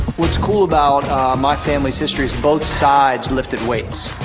what's cool about my family's history is both sides lifted weights.